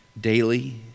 daily